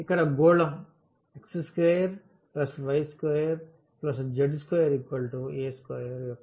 ఇక్కడ గోళం x2y2z2a2 యొక్క ఉపరితల వైశాల్యాన్ని లెక్కించండి